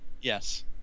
Yes